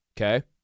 okay